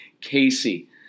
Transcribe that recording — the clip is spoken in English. Casey